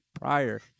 prior